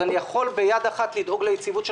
אני יכול ביד אחת לדאוג ליציבות של